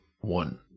one